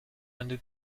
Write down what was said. under